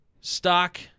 stock